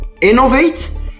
innovate